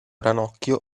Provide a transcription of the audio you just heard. ranocchio